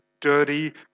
Dirty